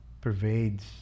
pervades